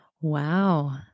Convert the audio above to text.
Wow